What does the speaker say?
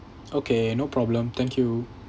okay no problem thank you